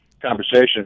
conversation